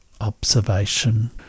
observation